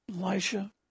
Elisha